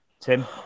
Tim